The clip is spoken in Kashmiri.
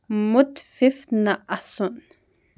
مُتفِف نہ اَسُن